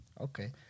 Okay